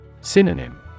Synonym